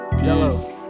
Peace